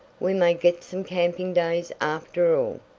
we may get some camping days after all.